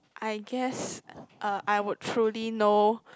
I guess uh I would truly know